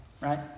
right